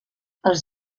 els